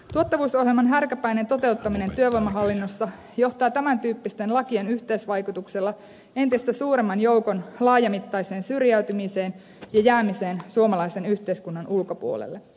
tuottavuusohjelman härkäpäinen toteuttaminen työvoimahallinnossa johtaa tämäntyyppisten lakien yhteisvaikutuksella entistä suuremman joukon laajamittaiseen syrjäytymiseen ja jäämiseen suomalaisen yhteiskunnan ulkopuolelle